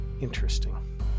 interesting